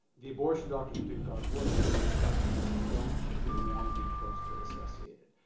the abortion doctors are doing god's work everybody respects them, but they don't particularly want to be closely associated.